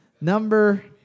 number